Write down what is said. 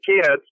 kids